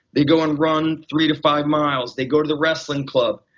they go and run three to five miles, they go to the wrestling club.